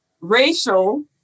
racial